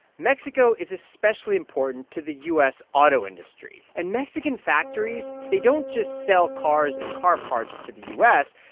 mexico is especially important to the u s. auto industry. and mexican factories, they don't just sell cars and car parts to the u s.